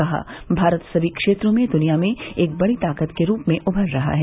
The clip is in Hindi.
कहा भारत सभी क्षेत्रों में दुनिया में एक बड़ी ताकत के रूप में उमर रहा है